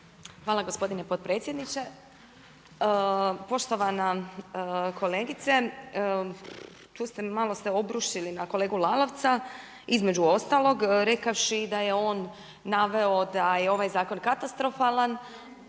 Hvala gospodine potpredsjedniče. Poštovana kolegice. Tu ste malo se obrušili na kolegu Lalovca, između ostalog rekavši da je on naveo da je ovaj zakon katastrofalan